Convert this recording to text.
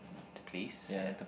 the place yeah